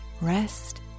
rest